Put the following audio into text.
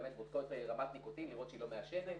באמת בודקות רמת ניקוטין לראות שהיא לא מעשנת.